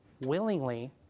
willingly